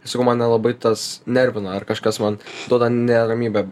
sakau mane labai tas nervina ar kažkas man duoda neramybę